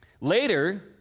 Later